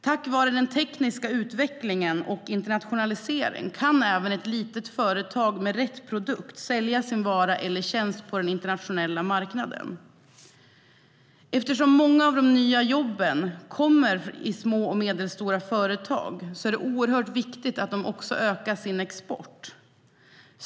Tack vare den tekniska utvecklingen och internationaliseringen kan även ett litet företag med rätt produkt sälja sin vara eller tjänst på den internationella marknaden. Eftersom många av de nya jobben kommer i små och medelstora företag är det oerhört viktigt att de också ökar sin export.